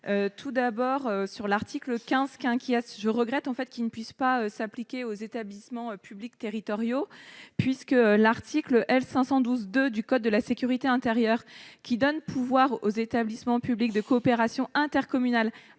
le dispositif de l'article 15 ne puisse pas s'appliquer aux établissements publics territoriaux, l'article L. 512-2 du code de la sécurité intérieure permettant aux établissements publics de coopération intercommunale